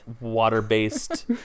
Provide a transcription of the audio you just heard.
water-based